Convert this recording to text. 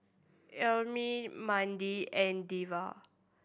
Ermine Mandi and Delwin